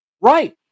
right